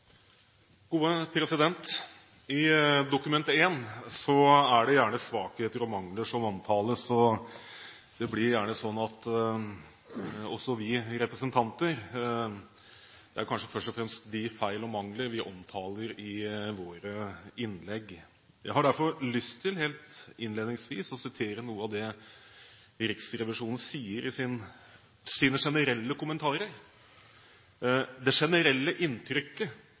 det gjerne svakheter og mangler som omtales, og det blir gjerne de feil og mangler vi representanter først og fremst omtaler i våre innlegg. Jeg har derfor lyst til helt innledningsvis å sitere noe av det Riksrevisjonen sier i sine generelle kommentarer: «Det generelle inntrykket